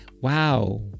wow